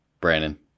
Brandon